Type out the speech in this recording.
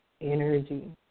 energy